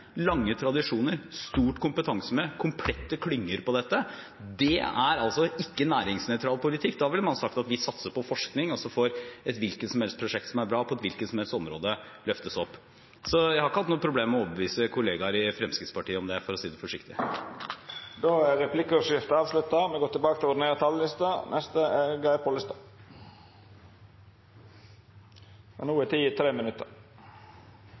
lange tradisjoner, et stort kompetansemiljø, komplette klynger for dette. Det er altså ikke en næringsnøytral politikk. Da ville vi sagt at vi satser på forskning, og så får et hvilket som helst prosjekt som er bra, på et hvilket som helst område, bli løftet opp. Jeg har ikke hatt noen problemer med å overbevise kolleger i Fremskrittspartiet om det, for å si det forsiktig. Replikkordskiftet er avslutta.